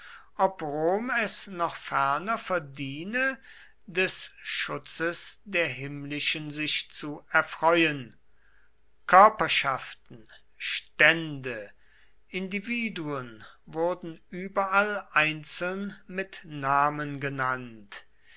es noch ferner verdiene des schutzes der himmlischen sich zu erfreuen körperschaften stände individuen wurden überall einzeln mit namen genannt